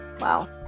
Wow